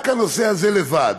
רק הנושא הזה לבד,